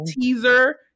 teaser